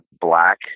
black